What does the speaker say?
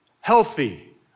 healthy